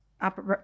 up